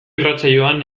irratsaioan